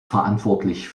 verantwortlich